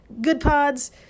GoodPods